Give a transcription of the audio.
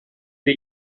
sie